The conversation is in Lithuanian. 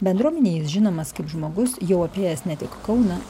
bendruomenėj jis žinomas kaip žmogus jau apėjęs ne tik kauną